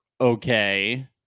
okay